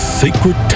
sacred